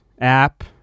app